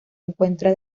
encuentra